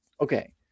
okay